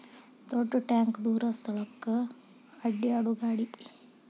ದೊಡ್ಡ ಟ್ಯಾಂಕ ದೂರ ಸ್ಥಳಕ್ಕ ಅಡ್ಯಾಡು ಗಾಡಿ